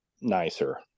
nicer